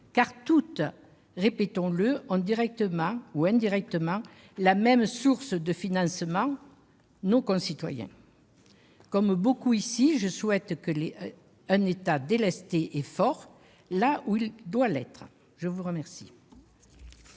car toutes, répétons-le, ont directement ou indirectement la même source de financement : nos concitoyens. Comme beaucoup ici, je souhaite un État délesté et fort là où il doit l'être. La parole